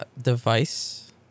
device